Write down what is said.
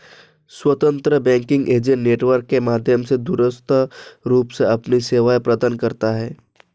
स्वतंत्र banking agent network के माध्यम से दूरस्थ रूप से अपनी सेवाएं प्रदान करता है